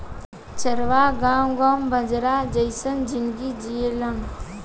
चरवाह गावं गावं बंजारा जइसन जिनगी जिऐलेन